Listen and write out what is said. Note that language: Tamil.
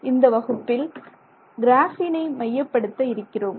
எனவே இந்த வகுப்பில் கிராஃபீனை மையப்படுத்த இருக்கிறோம்